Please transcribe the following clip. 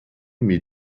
mir